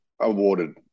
awarded